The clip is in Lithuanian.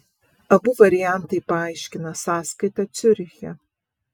abu variantai paaiškina sąskaitą ciuriche